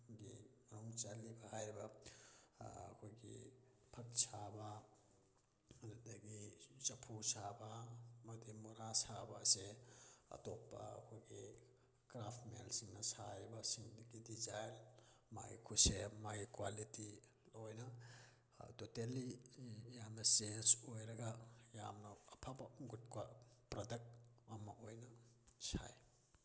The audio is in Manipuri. ꯒꯤ ꯃꯅꯨꯡ ꯆꯜꯂꯤꯕ ꯍꯥꯏꯔꯤꯕ ꯑꯩꯈꯣꯏꯒꯤ ꯐꯛ ꯁꯥꯕ ꯑꯗꯨꯗꯒꯤ ꯆꯐꯨ ꯁꯥꯕ ꯑꯃꯗꯤ ꯃꯣꯔꯥ ꯁꯥꯕ ꯑꯁꯦ ꯑꯇꯣꯞꯄ ꯑꯩꯈꯣꯏꯒꯤ ꯀ꯭ꯔꯥꯞꯃꯦꯟꯁꯤꯡꯅ ꯁꯥꯔꯤꯕꯁꯤꯡꯗꯒꯤꯗꯤ ꯗꯤꯖꯥꯏꯟ ꯃꯥꯒꯤ ꯈꯨꯠꯁꯦꯝ ꯃꯥꯒꯤ ꯀ꯭ꯋꯥꯂꯤꯇꯤ ꯂꯣꯏꯅ ꯇꯣꯇꯦꯜꯂꯤ ꯌꯥꯝꯅ ꯆꯦꯟꯖ ꯑꯣꯏꯔꯒ ꯌꯥꯝꯅ ꯑꯐꯕ ꯒꯨꯠ ꯄ꯭ꯔꯗꯛ ꯑꯃ ꯑꯣꯏꯅ ꯁꯥꯏ